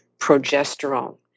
progesterone